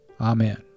Amen